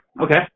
okay